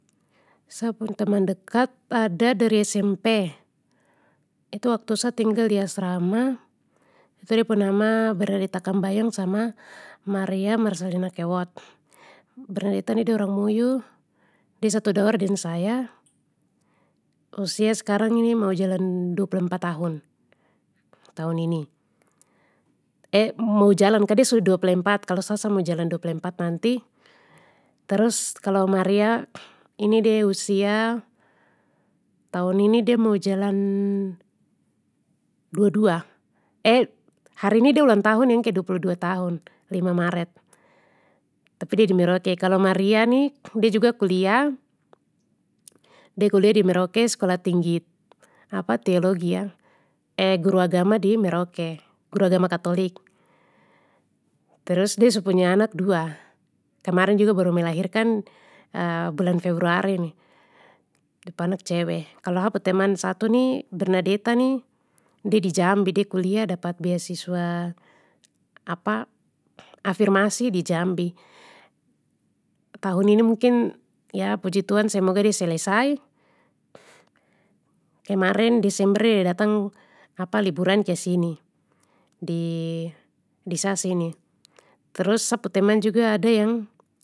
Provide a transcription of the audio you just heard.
Sa pung teman dekat ada dari smp, itu waktu sa tinggal di asrama, itu de pu nama bernadita kambayang sama maria marselina kewot. Bernadita ini de orang muyu de satu deng saya, usia skarang ni mau jalan dua puluh empat tahun, eh mau jalan kah de su dua puluh empat kalo sa-sa mau jalan dua puluh empat nanti, terus kalo maria ini de usia tahun ini de mau jalan dua dua eh hari ini de ulang tahun yang kedua puluh dua tahun lima maret tapi de di merauke kalo maria ni de juga kuliah, de kuliah di merauke skolah tinggi teologi ya eh guru agama di merauke, guru agama katolik. Terus de su punya anak dua, kemarin juga baru melahirkan bulan februari ini, dep anak cewe, kalo ha pu teman satu ni bernadeta ni. de di jambi de kuliah dapat beasiswa afirmasi di jambi, tahun ini mungkin puji tuhan semoga de selesai. Kemarin desember de ada datang liburan kesini, di, di sa sini terus sa pu teman juga ada yang.